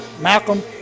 Malcolm